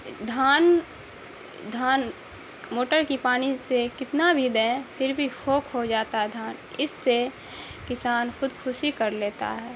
دھان دھان موٹر کی پانی سے کتنا بھی دیں پھر بھی فوک ہو جاتا ہے دھان اس سے کسان خود کھسی کر لیتا ہے